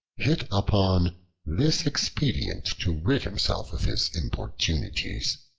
hit upon this expedient to rid himself of his importunities.